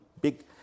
big